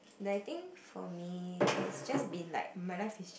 I think for me is just being like my life is